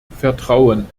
vertrauen